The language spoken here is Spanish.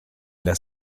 las